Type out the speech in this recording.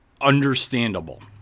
understandable